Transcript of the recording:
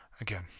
again